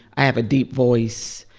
i have a deep voice.